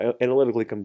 analytically